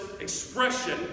expression